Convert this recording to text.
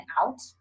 out